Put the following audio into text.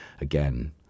again